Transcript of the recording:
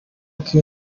tike